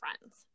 friends